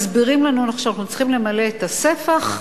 מסבירים לנו שאנחנו צריכים למלא את הספח,